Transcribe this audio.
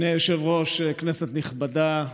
אדוני היושב-ראש, כנסת נכבדה,